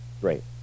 Great